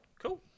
Cool